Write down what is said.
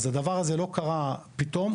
אז הדבר הזה לא קרה פתאום,